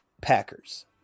Packers